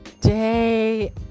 day